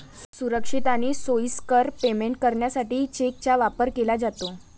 सुरक्षित आणि सोयीस्कर पेमेंट करण्यासाठी चेकचा वापर केला जातो